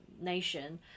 nation